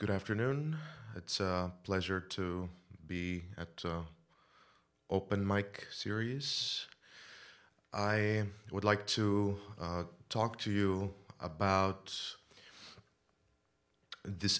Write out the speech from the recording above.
good afternoon it's a pleasure to be at open mike serious i would like to talk to you about this